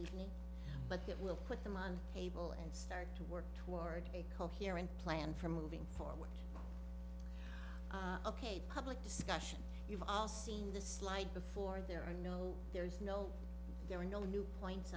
evening but it will put them on able and start to work toward a coherent plan for moving forward ok public discussion we've all seen the slide before there are no there is no there are no new points